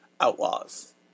outlaws